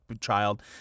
child